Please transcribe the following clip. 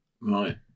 Right